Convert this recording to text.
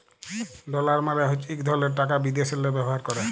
dollar মালে হছে ইক ধরলের টাকা বিদ্যাশেল্লে ব্যাভার ক্যরে